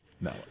No